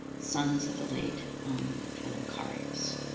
sons of the late figliocarius.